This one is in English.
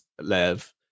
live